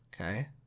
Okay